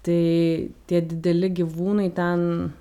tai tie dideli gyvūnai ten